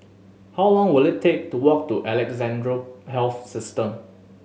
how long will it take to walk to Alexandra Health System